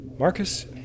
Marcus